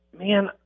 Man